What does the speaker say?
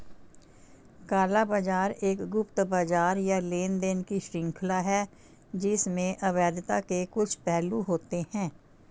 काला बाजार एक गुप्त बाजार या लेनदेन की श्रृंखला है जिसमें अवैधता के कुछ पहलू होते हैं